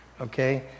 okay